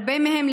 הרבה מהם,